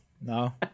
no